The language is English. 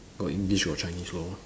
got English got Chinese lor